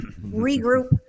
regroup